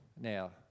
now